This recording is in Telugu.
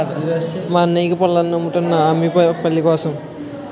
మా అన్నయ్యకు పొలాన్ని అమ్ముతున్నా అమ్మి పెళ్ళికోసం